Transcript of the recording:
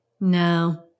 No